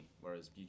Whereas